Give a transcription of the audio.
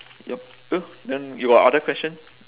yup then you got other questions